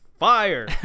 fire